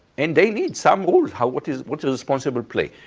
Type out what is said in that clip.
and they need some rules, what is what is responsible play?